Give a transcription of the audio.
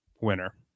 winner